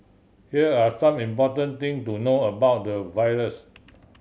here are some important thing to know about the virus